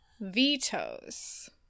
vetoes